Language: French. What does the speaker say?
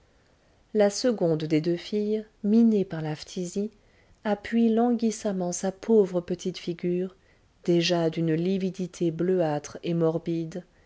la seconde des deux filles minée par la phtisie appuie languissamment sa pauvre petite figure déjà d'une lividité bleuâtre et morbide